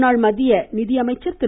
முன்னாள் மத்திய நிதியமைச்சர் திரு